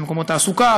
במקומות תעסוקה,